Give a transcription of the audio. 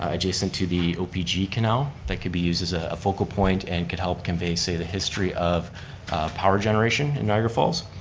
adjacent to the opg canal that could be used as a focal point and could help convey, say, the history of power generation in niagara falls.